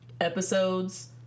episodes